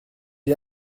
est